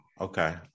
Okay